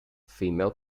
female